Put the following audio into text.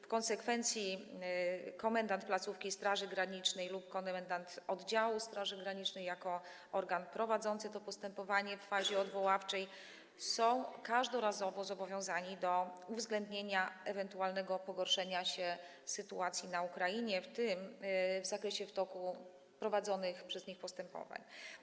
W konsekwencji komendant placówki Straży Granicznej lub komendant oddziału Straży Granicznej, jako organy prowadzące to postępowanie w fazie odwoławczej, są każdorazowo zobowiązani do uwzględnienia ewentualnego pogorszenia się sytuacji na Ukrainie, w tym w zakresie, w toku prowadzonych przez nich postępowań.